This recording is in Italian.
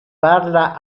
parla